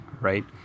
right